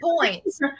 points